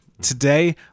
Today